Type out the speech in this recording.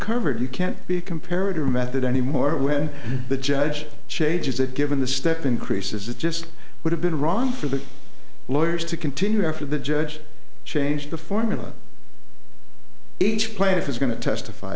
covered you can't be comparative method anymore when the judge changes that given the step increases that just would have been wrong for the lawyers to continue after the judge changed the formula each plaintiff is going to testify